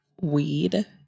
weed